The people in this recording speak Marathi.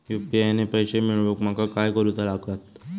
यू.पी.आय ने पैशे मिळवूक माका काय करूचा लागात?